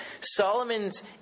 Solomon's